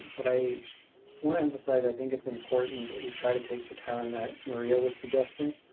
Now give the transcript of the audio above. but i want to emphasize, i think it's important that we try to take the tone that maria was suggesting,